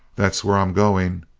that's where i'm going.